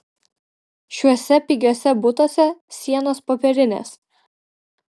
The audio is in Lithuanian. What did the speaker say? šiuose pigiuose butuose sienos popierinės